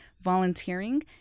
volunteering